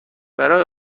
برای